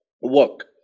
work